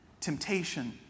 temptation